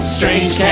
Strange